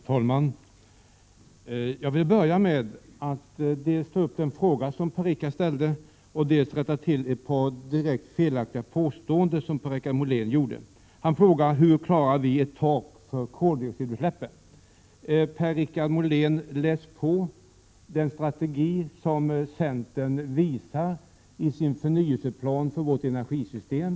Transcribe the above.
Herr talman! Jag vill börja med att dels ta upp en fråga som Per-Richard Molén ställde, dels rätta till ett par direkt felaktiga påståenden som Per-Richard Molén framförde. Han frågade: Hur klarar vi ett tak för koldioxidutsläppen? Läs på den strategi som centern för fram i sin förnyelseplan för vårt energisystem!